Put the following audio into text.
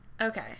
Okay